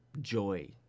joy